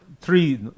Three